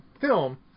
film